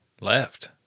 left